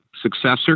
successor